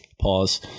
Pause